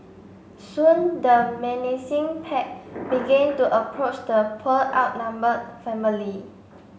soon the menacing pack began to approach the poor outnumbered family